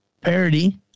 parody